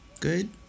Good